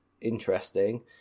interesting